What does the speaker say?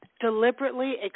Deliberately